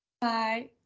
bye